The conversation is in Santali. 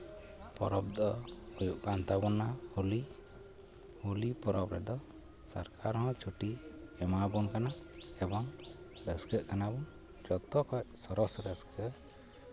ᱯᱚᱨᱚᱵᱽ ᱫᱚ ᱦᱩᱭᱩᱜ ᱠᱟᱱ ᱛᱟᱵᱚᱱᱟ ᱦᱳᱞᱤ ᱦᱳᱞᱤ ᱯᱚᱨᱚᱵᱽ ᱨᱮᱫᱚ ᱥᱚᱨᱠᱟᱨ ᱦᱚᱸ ᱪᱷᱩᱴᱤ ᱮᱢᱟᱣᱵᱚᱱ ᱠᱟᱱᱟ ᱮᱵᱚᱝ ᱨᱟᱹᱥᱠᱟᱹᱜ ᱠᱟᱱᱟᱢ ᱡᱚᱛᱚ ᱠᱷᱚᱡ ᱥᱚᱨᱮᱥ ᱨᱟᱹᱥᱠᱟᱹ